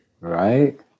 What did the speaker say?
right